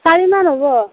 চাৰি মান হ'ব